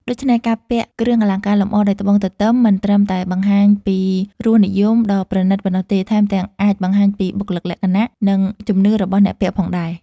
ដូច្នេះ ការពាក់គ្រឿងអលង្ការលម្អដោយត្បូងទទឹមមិនត្រឹមតែបង្ហាញពីរសនិយមដ៏ប្រណិតប៉ុណ្ណោះទេ ថែមទាំងអាចបង្ហាញពីបុគ្គលិកលក្ខណៈ និងជំនឿរបស់អ្នកពាក់ផងដែរ។